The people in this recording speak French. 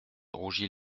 rougit